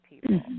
people